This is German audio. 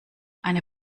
eine